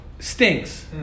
Stinks